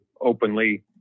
openly